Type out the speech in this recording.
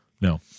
No